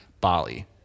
Bali